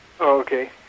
Okay